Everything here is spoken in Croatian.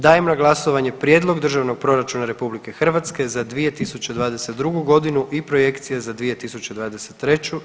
Dajem na glasovanje Prijedlog Državnog proračuna RH za 2022. godinu i projekcija za 2023. i